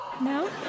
No